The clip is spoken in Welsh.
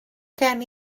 gen